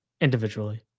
individually